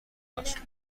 محسوب